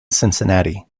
cincinnati